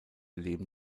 leben